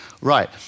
Right